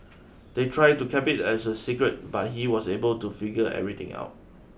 they tried to keep it as a secret but he was able to figure everything out